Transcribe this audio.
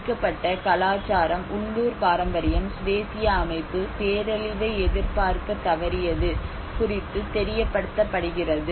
பாதிக்கப்பட்ட கலாச்சாரம் உள்ளூர் பாரம்பரியம் சுதேசிய அமைப்பு பேரழிவை எதிர்பார்க்கத் தவறியது குறித்து தெரியப்படுத்தப்படுகிறது